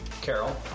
Carol